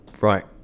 Right